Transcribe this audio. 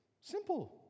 Simple